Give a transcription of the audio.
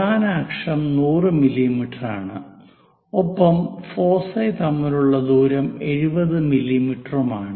പ്രധാന അക്ഷം 100 മില്ലീമീറ്ററാണ് ഒപ്പം ഫോസൈ തമ്മിലുള്ള ദൂരം 70 മില്ലീമീറ്ററുമാണ്